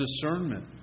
discernment